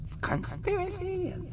conspiracy